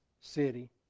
city